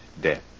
death